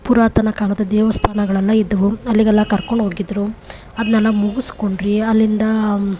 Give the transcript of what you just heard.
ಪುರಾತನ ಕಾಲದ ದೇವಸ್ಥಾನಗಳೆಲ್ಲ ಇದ್ದವು ಅಲ್ಲಿಗೆಲ್ಲ ಕರ್ಕೊಂಡು ಹೋಗಿದ್ರು ಅದನ್ನೆಲ್ಲ ಮುಗಿಸ್ಕೊಂಡ್ವಿ ಅಲ್ಲಿಂದ